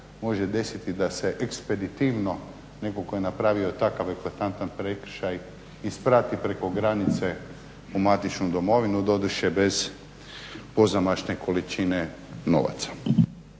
može desiti da se ekspeditivno neko tko je napravio takav eklatantan prekršaj isprati preko granice u matičnu domovinu doduše bez pozamašne količine novaca.